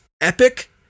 epic